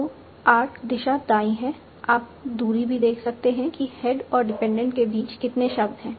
तो आर्क दिशा दाईं है आप दूरी भी देख सकते हैं कि हेड और डिपेंडेंट के बीच कितने शब्द हैं